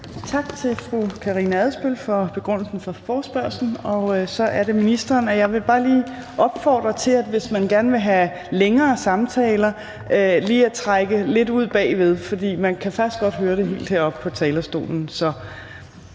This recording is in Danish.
Tak til fru Karina Adsbøl for begrundelsen for forespørgslen. Så er det ministeren, og jeg vil bare lige opfordre til, at man trækker lidt ud bagved, hvis man gerne vil have længere samtaler, for vi kan faktisk godt høre det helt heroppe på talerstolen.